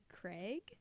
craig